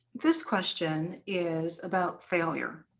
this question is about failure.